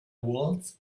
waltz